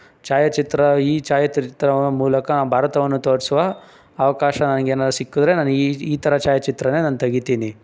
ಛಾಯಾಚಿತ್ರ ಈ ಛಾಯಾಚರಿತ್ರ ಮೂಲಕ ಭಾರತವನ್ನು ತೋರಿಸುವ ಅವಕಾಶ ನನಗೇನಾದ್ರೂ ಸಿಕ್ಕಿದ್ರೆ ನನಗೆ ಈ ಈ ಥರ ಛಾಯಾಚಿತ್ರನೇ ನಾನು ತೆಗಿತೀನಿ